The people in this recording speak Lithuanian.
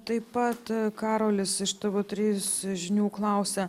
taip pat karolis iš tv trys žinių klausia